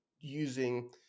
using